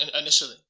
initially